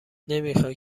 نمیخای